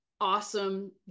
awesome